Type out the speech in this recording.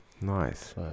Nice